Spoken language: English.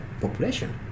population